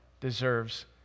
deserves